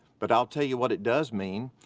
but i'll tell you what it does mean.